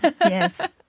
Yes